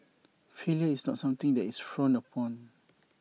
failure is not something that is frowned upon